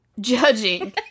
judging